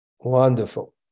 Wonderful